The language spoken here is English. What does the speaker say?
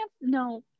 No